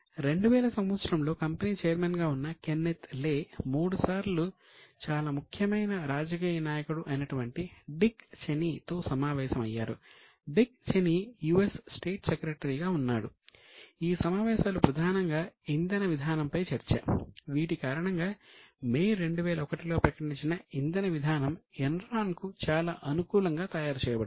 2000 సంవత్సరంలో కంపెనీ ఛైర్మన్గా ఉన్న కెన్నెత్ లే కు చాలా అనుకూలంగా తయారుచేయబడింది